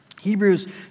Hebrews